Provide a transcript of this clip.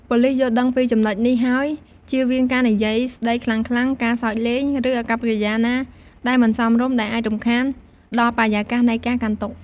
ប៉ូលីសយល់ដឹងពីចំណុចនេះ ហើយជៀសវាងការនិយាយស្តីខ្លាំងៗ ការសើចលេង ឬអាកប្បកិរិយាណាដែលមិនសមរម្យដែលអាចរំខានដល់បរិយាកាសនៃការកាន់ទុក្ខ។